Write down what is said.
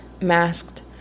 masked